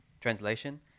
translation